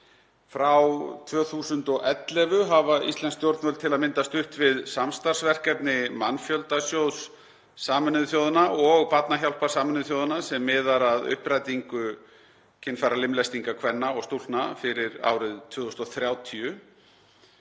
Frá 2011 hafa íslensk stjórnvöld til að mynda stutt við samstarfsverkefni Mannfjöldasjóðs Sameinuðu þjóðanna og Barnahjálpar Sameinuðu þjóðanna sem miðar að upprætingu kynfæralimlestinga kvenna og stúlkna fyrir árið 2030.